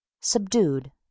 subdued